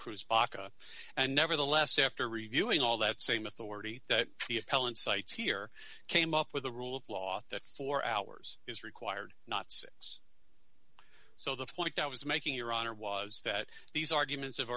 cruise baka and nevertheless after reviewing all that same authority that the appellant cites here came up with a rule of law that four hours is required not six so the point i was making your honor was that these arguments have